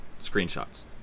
screenshots